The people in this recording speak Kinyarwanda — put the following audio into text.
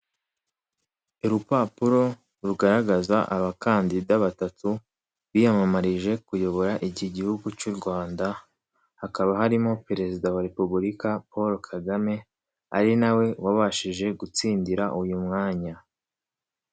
Urupapuro rugaragaza abakandida batatu biyamamarije kuyobora iki gihugu cy'u Rwanda, hakaba harimo perezida wa Repubulika Paul Kagame, ari na we wabashije gutsindira uyu mwanya.